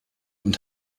und